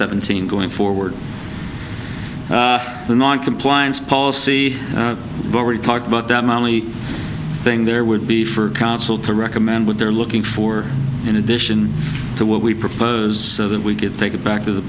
seventeen going forward the noncompliance policy already talked about that my only thing there would be for council to recommend what they're looking for in addition to what we proposed so that we could take it back to the